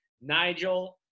Nigel